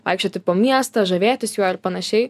vaikščioti po miestą žavėtis juo ir panašiai